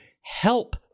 help